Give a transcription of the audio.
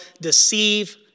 deceive